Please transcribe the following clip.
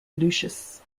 lucius